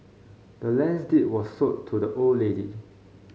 the land's deed was sold to the old lady